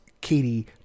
Katie